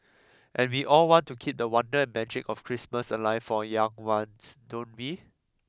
and we all want to keep the wonder and magic of Christmas alive for young ones don't we